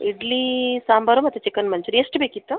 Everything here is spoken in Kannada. ಇಡ್ಲಿ ಸಾಂಬಾರು ಮತ್ತು ಚಿಕನ್ ಮಂಚೂರಿ ಎಷ್ಟು ಬೇಕಿತ್ತು